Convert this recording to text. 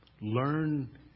learn